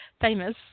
famous